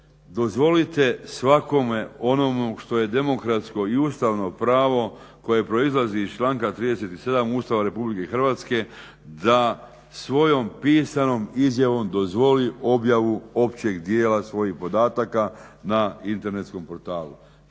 dozvolite svakome onome što je demokratsko i ustavno pravo koje proizlazi iz članka 37. Ustava RH da svojom pisanom izjavom dozvoli općeg dijela svojih podataka na internetskom portalu.